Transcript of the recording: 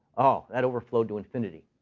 oh, that overflowed to infinity.